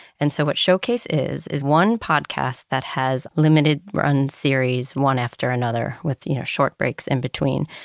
and so what showcase is, is one podcast that has limited-run series, one after another, with short breaks in between.